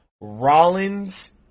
Rollins